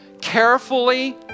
Carefully